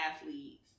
athletes